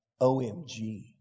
OMG